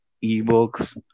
e-books